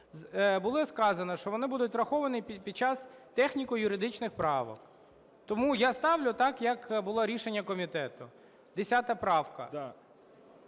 Було сказано, що вони будуть враховані під час техніко-юридичних правок. Тому я ставлю так, як було рішення комітету. 10 правка.